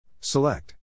Select